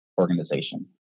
Organization